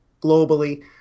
globally